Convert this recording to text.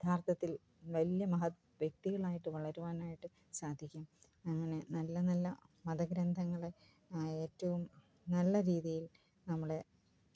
യഥാർത്ഥത്തിൽ വലിയ മഹത് വ്യക്തികളായിട്ട് വളരുവാനായിട്ട് സാധിക്കും അങ്ങനെ നല്ല നല്ല മതഗ്രന്ഥങ്ങളെ ഏറ്റവും നല്ല രീതിയിൽ നമ്മളെ